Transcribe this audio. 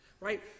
right